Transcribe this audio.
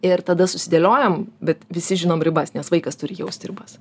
ir tada susidėliojam bet visi žinom ribas nes vaikas turi jausti ribas